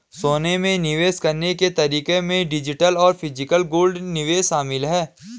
सोना में निवेश करने के तरीके में डिजिटल और फिजिकल गोल्ड निवेश शामिल है